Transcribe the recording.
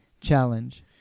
challenge